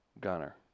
Gunner